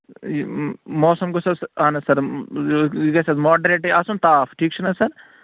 یہ موسم گوٚژھ حظ اہن حظ سر یہ گژھِ حظ ماڈریٹٕے آسُن تاپھ ٹھیٖک چھُ نہٕ حظ سر